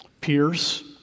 peers